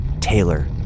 Taylor